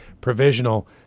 provisional